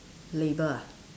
label ah